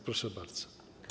Proszę bardzo.